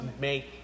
make